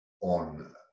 on